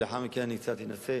ולאחר מכן אני קצת אנסה